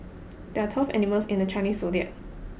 there are twelve animals in the Chinese zodiac